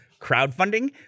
crowdfunding